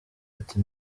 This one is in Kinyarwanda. ati